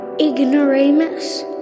Ignoramus